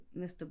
Mr